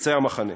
מקצה המחנה.